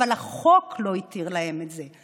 אבל החוק לא התיר להן את זה.